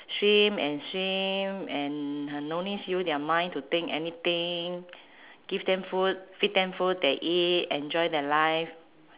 swim and swim and no need use their mind to think anything give them food feed them food they eat enjoy their life